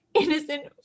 innocent